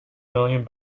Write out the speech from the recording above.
million